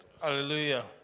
Hallelujah